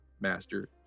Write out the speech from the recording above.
Master